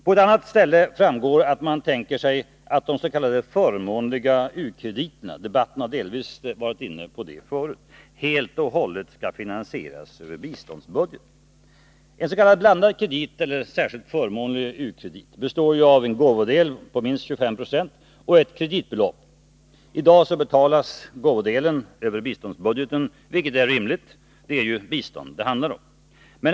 På ett annat ställe i kompletteringspropositionen framgår att man tänker sig att de s.k. förmånliga u-landskrediterna — frågan har delvis tagits upp i denna debatt — helt och hållet skall finansieras över biståndsbudgeten. En s.k. blandad eller särskilt förmånlig u-landskredit består ju av en gåvodel på minst 25 96 och ett kreditbelopp. I dag betalas gåvoandelen över biståndsbudgeten, vilket är rimligt. Det är ju bistånd det handlar om.